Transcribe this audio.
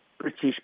British